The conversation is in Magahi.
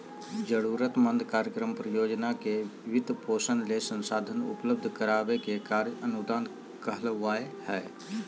जरूरतमंद कार्यक्रम, परियोजना के वित्तपोषण ले संसाधन उपलब्ध कराबे के कार्य अनुदान कहलावय हय